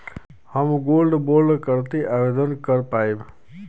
हम gold bond करती आवेदन कर पाईब?